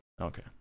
Okay